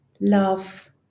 love